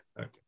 okay